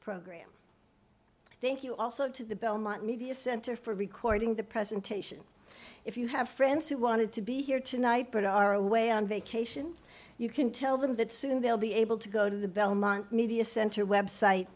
program thank you also to the belmont media center for recording the presentation if you have friends who wanted to be here tonight but are away on vacation you can tell them that soon they'll be able to go to the belmont media center website